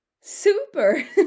Super